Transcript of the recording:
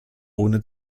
ohne